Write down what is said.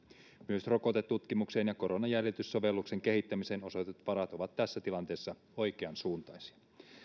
myös rokotetutkimukseen ja koronajäljityssovelluksen kehittämiseen osoitetut varat ovat tässä tilanteessa oikeansuuntaisia